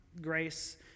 grace